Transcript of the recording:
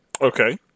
Okay